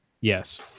Yes